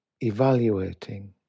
evaluating